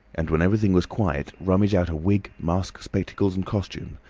and when everything was quiet, rummage out a wig, mask, spectacles, and costume,